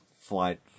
flight